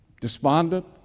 despondent